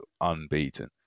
Unbeaten